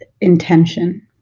intention